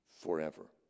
forever